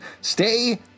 stay